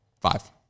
five